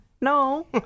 No